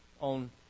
On